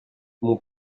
mon